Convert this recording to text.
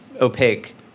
opaque